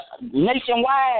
nationwide